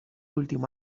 últim